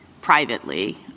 privately